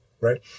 right